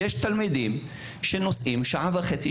יש תלמידים שנוסעים שעה וחצי,